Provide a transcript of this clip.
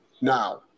Now